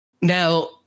Now